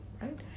right